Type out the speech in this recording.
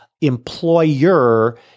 employer